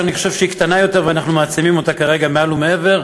שאני חושב שהיא קטנה יותר ואנחנו מעצימים אותה כרגע מעל ומעבר.